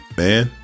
man